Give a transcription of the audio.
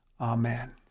Amen